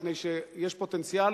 משום שיש פוטנציאל